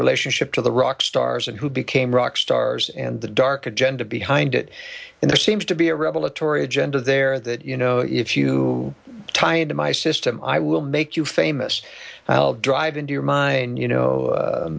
relationship to the rock stars and who became rock stars and the dark agenda behind it and there seems to be a rebel a tory agenda there that you know if you tie into my system i will make you famous i'll drive into your mind you know